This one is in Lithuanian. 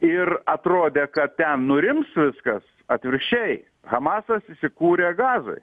ir atrodė kad ten nurims viskas atvirkščiai hamasas įsikūrė gazoj